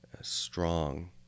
strong